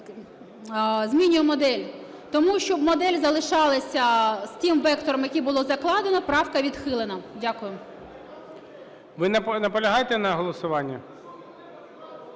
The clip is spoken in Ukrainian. змінює модель. Тому, щоб модель залишалася з тим вектором, який було закладено, правка відхилена. Дякую. ГОЛОВУЮЧИЙ. Ви наполягаєте на голосуванні?